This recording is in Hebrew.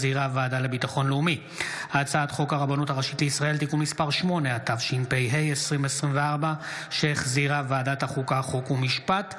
בכסלו התשפ"ה, 2 בדצמבר 2024. הודעה למזכיר הכנסת,